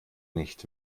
nicht